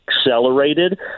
accelerated